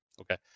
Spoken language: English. Okay